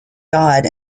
god